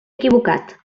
equivocat